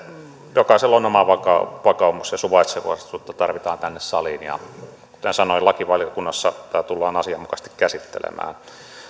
jokaisella on oma vakaumus vakaumus ja suvaitsevuutta tarvitaan tänne saliin ja kuten sanoin lakivaliokunnassa tämä tullaan asianmukaisesti käsittelemään